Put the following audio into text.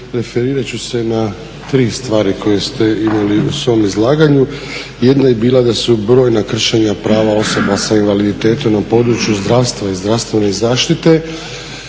Referirat ću se tri stvari koje ste imali u svom izlaganju, jedna je bila da su brojna kršenja prava osoba s invaliditetom na području zdravstva i zdravstvene zaštite,